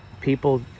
people